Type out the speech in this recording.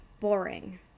boring